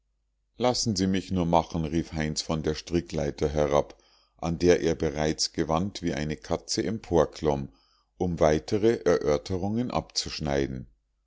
lassen sie mich nur machen rief heinz von der strickleiter herab an der er bereits gewandt wie eine katze emporklomm um weitere erörterungen abzuschneiden